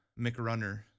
McRunner